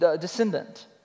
descendant